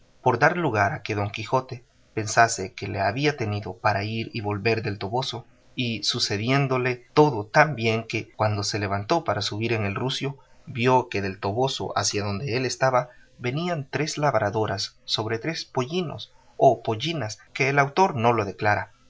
por dar lugar a que don quijote pensase que le había tenido para ir y volver del toboso y sucedióle todo tan bien que cuando se levantó para subir en el rucio vio que del toboso hacia donde él estaba venían tres labradoras sobre tres pollinos o pollinas que el autor no lo declara